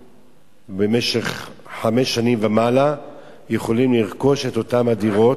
במשך חמש שנים ומעלה יכולים לרכוש את אותן הדירות,